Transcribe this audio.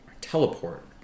teleport